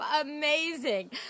amazing